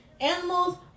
Animals